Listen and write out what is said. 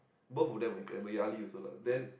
both of them were incredible yeah Ali also lah then